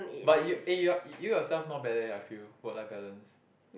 but you eh you yourself not bad eh I feel work life balance